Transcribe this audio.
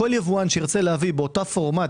כל יבואן שירצה להביא באותו פורמט,